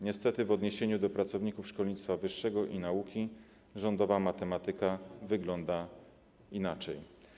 Niestety w odniesieniu do pracowników szkolnictwa wyższego i nauki rządowa matematyka wygląda inaczej.